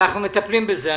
אנחנו מטפלים בזה.